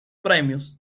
premios